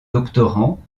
doctorants